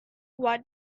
what